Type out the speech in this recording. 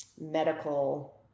medical